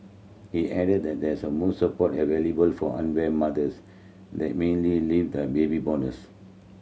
he added that there is a most support available for unwed mothers than leave the baby bonuses